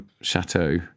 chateau